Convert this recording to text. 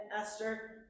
Esther